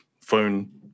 phone